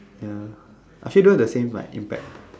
ya actually don't have like the same impact